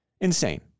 Insane